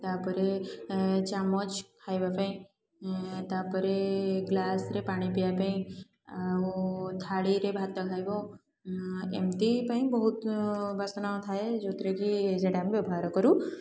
ତା'ପରେ ଚାମଚ ଖାଇବା ପାଇଁ ତା'ପରେ ଗ୍ଲାସ୍ରେ ପାଣି ପିଇବାପାଇଁ ଆଉ ଥାଳିରେ ଭାତ ଖାଇବ ଏମିତି ପାଇଁ ବହୁତ ବାସନ ଥାଏ ଯେଉଁଥିରେକି ସେଇଟା ଆମେ ବ୍ୟବହାର କରୁ